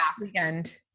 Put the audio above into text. weekend